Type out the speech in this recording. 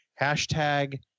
hashtag